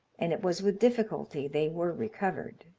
and it was with difficulty they were recovered.